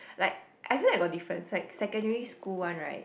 like I feel like I got difference like secondary school one right